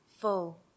full